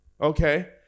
Okay